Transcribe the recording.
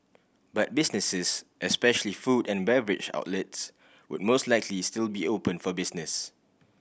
but businesses especially food and beverage outlets would most likely still be open for business